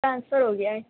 transfer ہو گیا ہے